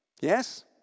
Yes